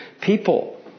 people